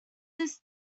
disc